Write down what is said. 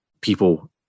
people